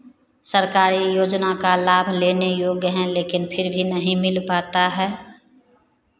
सरकारी योजना का लाभ लेने योग्य हैं लेकिन फिर भी नहीं मिल पाता है